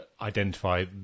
identify